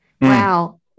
Wow